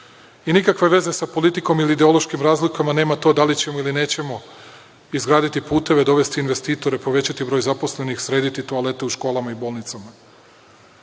i nikakve veze sa politikom ili ideološkim razlikama nema to da li ćemo ili nećemo izgraditi puteve, dovesti investitore, povećati broj zaposlenih, srediti toalete u školama i bolnicama.